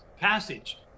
passage